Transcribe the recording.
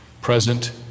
present